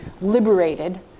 liberated